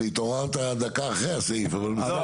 התעוררת דקה אחרי הסעיף, אבל בסדר.